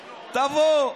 תבוא,